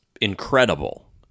incredible